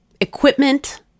equipment